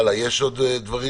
האם יש עוד השלמות?